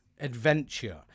adventure